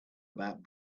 about